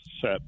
set